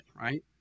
right